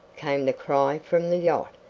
came the cry from the yacht,